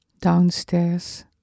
Downstairs